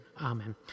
Amen